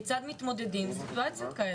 כיצד מתמודדים עם סיטואציות כאלה.